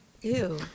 ew